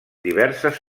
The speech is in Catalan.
diverses